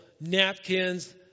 napkins